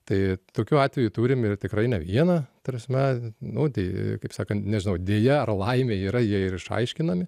tai tokių atvejų turim ir tikrai ne vieną ta prasme nu tai kaip sakant nežinau deja ar laimė yra jie ir išaiškinami